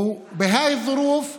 ובנסיבות האלה,